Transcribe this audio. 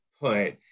put